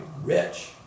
rich